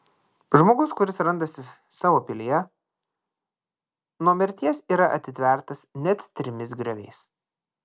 žmogus kuris randasi savo pilyje nuo mirties yra atitvertas net trimis grioviais